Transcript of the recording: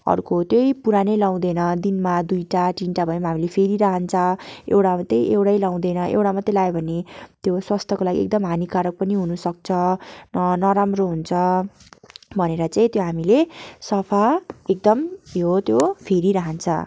अर्को त्यही पुरानै लगाउँदैन दिनमा दुईवटा तिनवटा भए पनि हामीले फेरिरहन्छ एउटा मात्रै लगाउँदैन एउटा मात्रै लगायो भने त्यो स्वास्थ्यको लागि एकदम हानिकारक पनि हुन सक्छ नराम्रो हुन्छ भनेर चाहिँ त्यो हामीले सफा एकदम यो त्यो फेरिरहन्छ